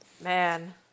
Man